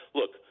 look